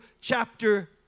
chapter